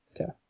Okay